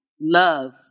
love